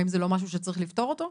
האם זה לא משהו שצריך לפתור אותו?